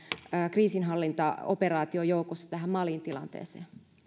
kriisinhallintaoperaatioiden joukossa tähän malin tilanteeseen